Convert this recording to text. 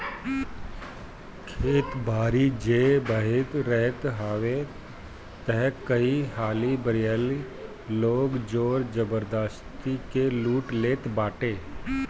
खेत बारी जे बान्हे रखत हवे तअ कई हाली बरियार लोग जोर जबरजस्ती से लूट लेट बाटे